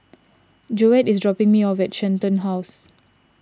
Joette is dropping me off at Shenton House